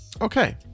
Okay